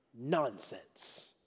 nonsense